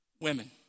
women